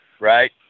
right